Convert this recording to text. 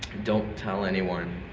don't tell anyone